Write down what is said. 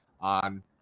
on –